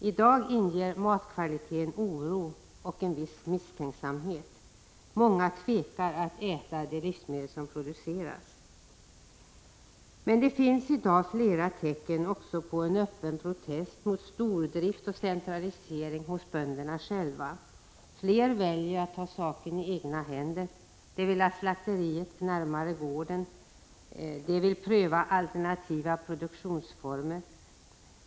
I dag inger matkvaliteten oro och en viss misstänksamhet. Många tvekar att äta de livsmedel som 137 produceras. Det finns i dag också flera tecken på en öppen protest mot stordrift och centralisering hos bönderna själva. Fler väljer att ta saken i egna händer. De vill ha slakteriet närmare gården. De vill pröva alternativa produktionsformer.